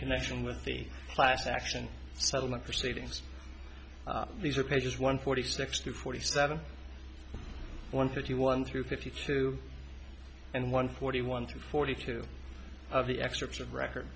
connection with the class action settlement proceedings these are pages one forty six to forty seven one thirty one through fifty two and one forty one to forty two of the excerpts of record